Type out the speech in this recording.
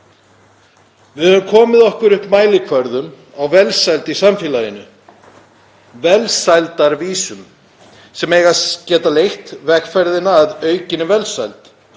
Við höfum komið okkur upp mælikvörðum á velsæld í samfélaginu, velsældarvísum, sem eiga að geta leitt vegferðina að aukinni velsæld.